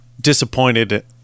disappointed